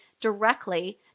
directly